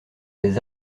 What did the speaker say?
des